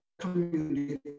community